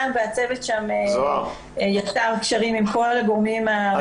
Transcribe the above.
והצוות שם יצר קשרים עם כל הגורמים הרלוונטיים.